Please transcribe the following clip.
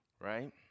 right